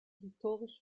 historisch